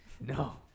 No